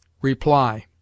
REPLY